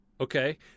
Okay